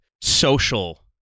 social